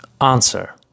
Answer